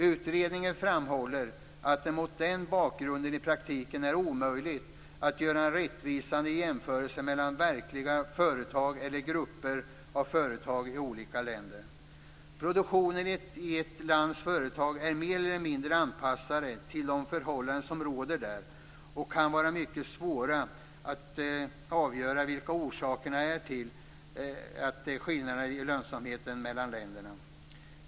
Utredningen framhåller att det mot den bakgrunden i praktiken är omöjligt att göra en rättvisande jämförelse mellan verkliga företag eller grupper av företag i olika länder. Produktionen i ett lands företag är mer eller mindre anpassad till de förhållanden som råder där och det kan vara mycket svårt att avgöra vilka orsakerna är till skillnader i lönsamhet mellan länderna.